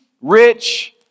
rich